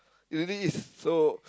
it only is so